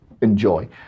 enjoy